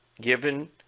given